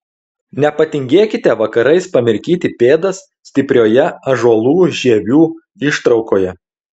nepatingėkite vakarais pamirkyti pėdas stiprioje ąžuolų žievių ištraukoje